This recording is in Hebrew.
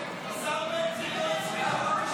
השר בן גביר לא הצביע.